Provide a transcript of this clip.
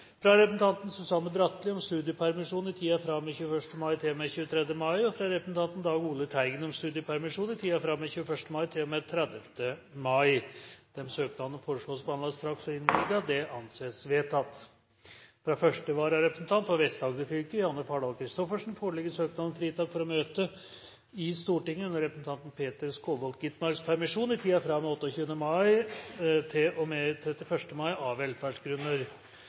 fra representanten Susanne Bratli om studiepermisjon i tiden fra og med 21. mai til og med 23. mai fra representanten Dag Ole Teigen om studiepermisjon i tiden fra og med 21. mai til og med 30. mai Disse søknadene foreslås behandlet straks og innvilget. – Det anses vedtatt. Fra første vararepresentant for Vest-Agder fylke, Janne Fardal Kristoffersen, foreligger søknad om fritak for å møte i Stortinget under representanten Peter Skovholt Gitmarks permisjon, i tiden fra og med 28. mai